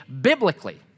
biblically